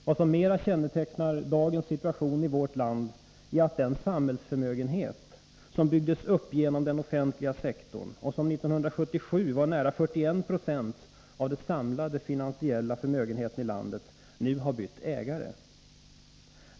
Vad som mera kännetecknar dagens situation i vårt land är att den samhällsförmögenhet som byggdes upp genom den offentliga sektorn och som 1977 var ca 41 96 av den samlade finansiella förmögenheten i landet nu har bytt ägare.